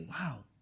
wow